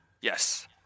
Yes